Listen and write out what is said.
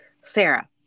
Sarah